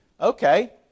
Okay